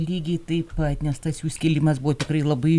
lygiai taip pat nes tas jų skilimas buvo tikrai labai